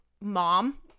mom